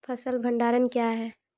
फसल भंडारण क्या हैं?